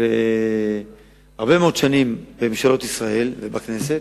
והרבה מאוד שנים בממשלות ישראל ובכנסת,